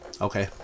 okay